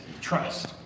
trust